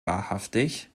wahrhaftig